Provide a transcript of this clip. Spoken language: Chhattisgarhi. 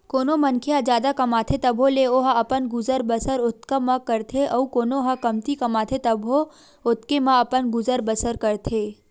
कोनो मनखे ह जादा कमाथे तभो ले ओहा अपन गुजर बसर ओतका म करथे अउ कोनो ह कमती कमाथे तभो ओतके म अपन गुजर बसर करथे